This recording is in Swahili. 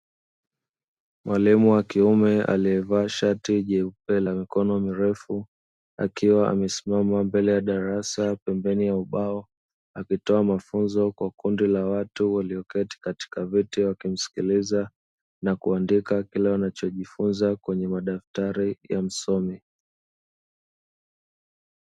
Mwalimu wa kiume aliyevaa shati jeupe la mikono mirefu akiwa amesimama mbele ya darasa pembeni ya ubao, akitoa mafunzo kwa kundi la watu walioketi katika viti, wakimsikiliza na kuandika kila wanachojifunza kwenye madaftari ya msomi.